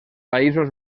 països